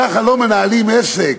ככה לא מנהלים עסק,